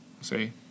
See